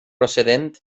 procedent